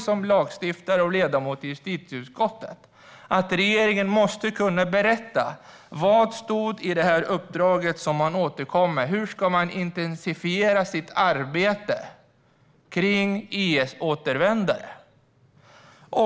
Som lagstiftare och ledamot av justitieutskottet tycker jag att regeringen måste kunna berätta vad som stod i uppdraget som ministern återkommer till. Hur ska man intensifiera sitt arbete vad gäller IS-återvändare?